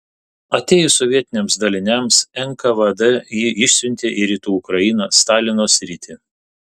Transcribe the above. atėjus sovietiniams daliniams nkvd jį išsiuntė į rytų ukrainą stalino sritį